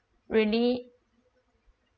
really